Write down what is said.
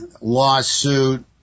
lawsuit